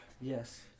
Yes